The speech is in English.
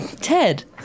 Ted